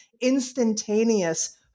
instantaneous